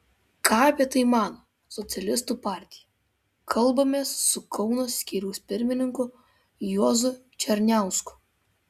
ką apie tai mano socialistų partija kalbamės su kauno skyriaus pirmininku juozu černiausku